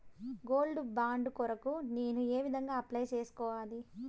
Gold bond కొరకు నేను ఏ విధంగా అప్లై సేసుకోవాలి?